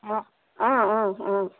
অঁ অঁ অঁ অঁ